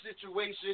situation